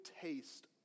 taste